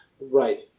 right